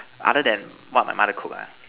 other than what my mother cook ah